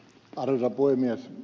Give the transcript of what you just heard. arvoisa puhemies